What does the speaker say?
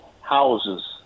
Houses